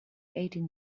eighteen